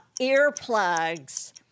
earplugs